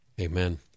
Amen